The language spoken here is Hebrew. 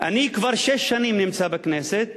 אני כבר שש שנים נמצא בכנסת,